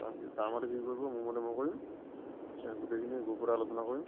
তাৰপিছত তাৰ মতে সি কৰিব মোৰ মতে মই কৰিম গোটেইখিনি গ্ৰ'পততে আলোচনা কৰিম